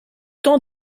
temps